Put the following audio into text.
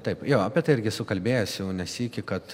taip jo apie tai irgi esu kalbėjęs jau ne sykį kad